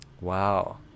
Wow